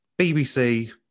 BBC